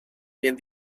bien